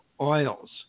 oils